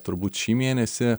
turbūt šį mėnesį